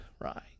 right